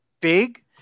big